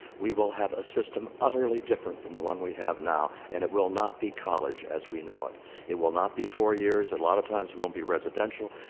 we will have a system utterly different from the one we have now, and it will not be college as we know it. it will not be four years, and a lot of times, it won't be residential.